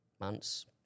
months